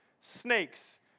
snakes